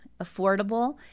affordable